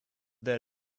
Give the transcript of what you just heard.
their